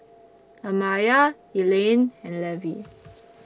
Amaya Elaine and Levie